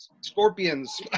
Scorpions